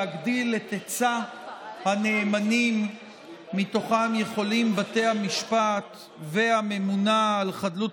להגדיל את היצע הנאמנים שמתוכם יכולים בתי המשפט והממונה על חדלות